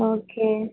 okay